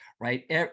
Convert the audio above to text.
right